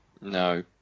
no